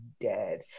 dead